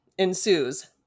Ensues